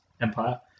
Empire